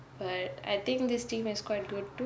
but I think this team is quite good too